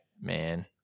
man